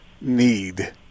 need